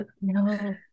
No